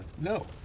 no